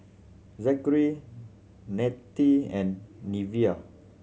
Zackery Nanette and Neveah